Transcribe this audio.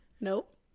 Nope